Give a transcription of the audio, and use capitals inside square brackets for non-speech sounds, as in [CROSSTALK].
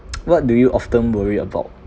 [NOISE] what do you often worry about